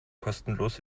kostenlos